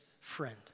friend